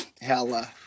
Hella